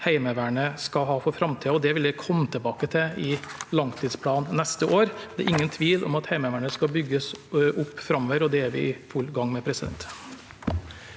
Heimevernet skal ha for framtiden, og det vil vi komme tilbake til i langtidsplanen neste år. Det er ingen tvil om at Heimevernet skal bygges opp framover, og det er vi i full gang med.